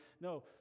No